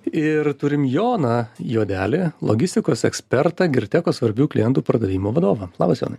ir turim joną juodelį logistikos ekspertą girtekos svarbių klientų pardavimo vadovą labas jonai